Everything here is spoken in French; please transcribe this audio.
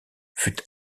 fut